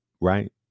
right